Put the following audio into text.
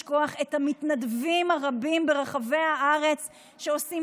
מי שמתוך המקרים שציינת זכאי לפי חוקי